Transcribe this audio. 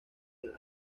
del